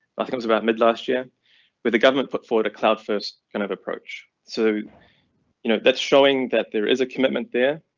think it's about mid last year with the government put forward a cloud first kind of approach. so you know that's showing that there is a commitment there.